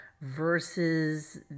versus